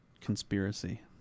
conspiracy